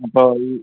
അപ്പോൾ ഈ